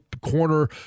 corner